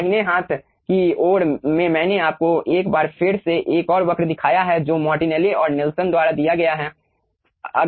दाहिने हाथ की ओर में मैंने आपको एक बार फिर से एक और वक्र दिखाया है जो मार्टिनेली और नेल्सन द्वारा दिया गया है